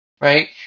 right